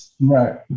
right